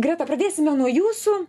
greta pradėsime nuo jūsų